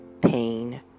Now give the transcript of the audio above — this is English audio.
pain